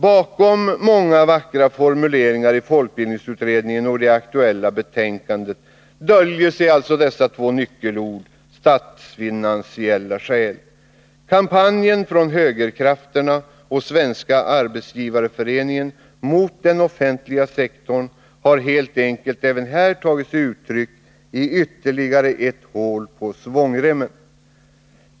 Bakom många vackra formuleringar i folkbildningsutredningen och i det aktuella betänkandet döljer sig alltså två nyckelord, nämligen ”statsfinansiella skäl”. Kampanjen från högerkrafterna och Svenska arbetsgivareföreningen mot den offentliga sektorn har helt enkelt även här tagit sig uttryck i ytterligare ett hål på svångremmen.